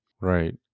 Right